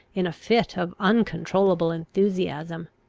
in a fit of uncontrollable enthusiasm,